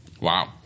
wow